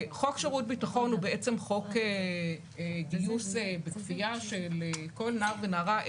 חוק שירות ביטחון הוא בעצם חוק גיוס בכפייה של כל נער ונערה.